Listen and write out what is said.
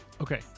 okay